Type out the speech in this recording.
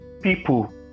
people